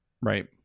Right